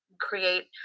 create